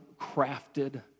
crafted